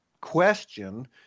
question